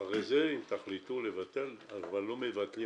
אם תחליטו לבטל, לא מבטלים